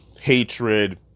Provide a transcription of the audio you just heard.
hatred